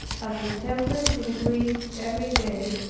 as the tempest increased every day,